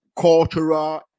cultural